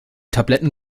tabletten